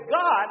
God